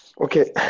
Okay